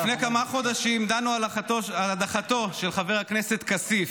לפני כמה חודשים דנו על הדחתו של חבר הכנסת כסיף.